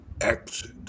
exit